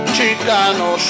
Chicano